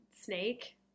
Snake